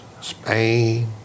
spain